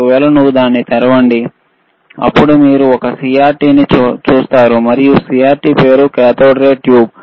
ఒకవేళ మీరు దాన్ని తెరిస్తే అప్పుడు మీరు ఒక CRT ని చూస్తారు మరియు CRT పేరు కాథోడ్ రే ట్యూబ్